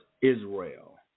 Israel